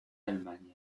allemagne